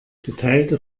geteilte